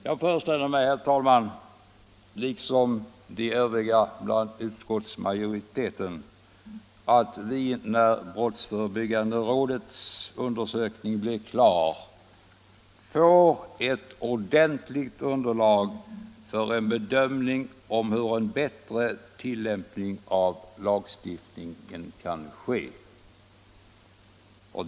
Jag föreställer mig — liksom de övriga bland utskottsmajoriteten — att vi när brottsförebyggande rådets undersökning blir klar får ett ordentligt underlag för en bedömning av hur en bättre tillämpning av lagstiftningen kan ske.